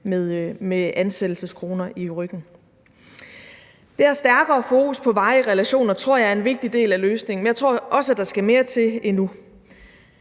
med ansættelseskroner i ryggen. Det her stærkere fokus på varige relationer tror jeg er en vigtig del af løsningen, men jeg tror også, der skal mere til endnu.